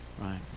right